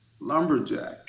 lumberjack